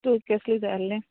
तुक केसलें जाय आहलें